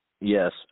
Yes